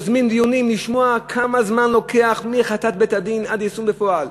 יוזמים דיונים כדי לשמוע כמה זמן לוקח מהחלטת בית-הדין עד הסיום בפועל.